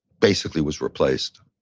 basically was replaced.